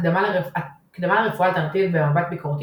הקדמה לרפואה אלטרנטיבית במבט ביקורתי,